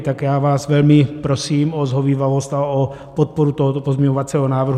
Tak vás velmi prosím o shovívavost a o podporu tohoto pozměňovacího návrhu.